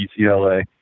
UCLA